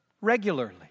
regularly